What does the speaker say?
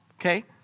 okay